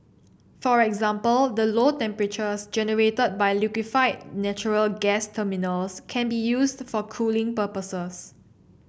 for example the low temperatures generated by liquefied natural gas terminals can be used for cooling purposes